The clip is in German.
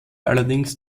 allerdings